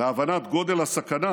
להבנת גודל הסכנה